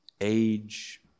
age